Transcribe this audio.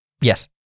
Yes